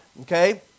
okay